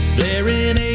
Blaring